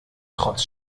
trotz